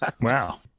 Wow